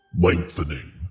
Lengthening